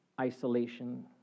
isolation